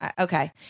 okay